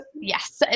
Yes